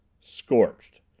Scorched